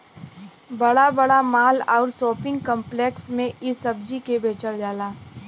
बड़ा बड़ा माल आउर शोपिंग काम्प्लेक्स में इ सब्जी के बेचल जाला